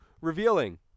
revealing